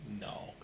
No